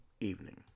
evening